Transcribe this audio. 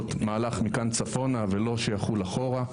מהלך מכאן צפונה ולא שיחול אחורה.